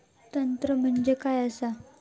तंत्र म्हणजे काय असा?